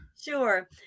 Sure